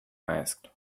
asked